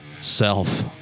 self